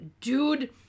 dude